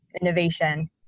innovation